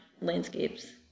landscapes